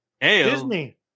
Disney